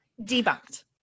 Debunked